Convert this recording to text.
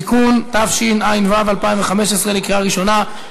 (תיקון), התשע"ו 2015, לקריאה ראשונה.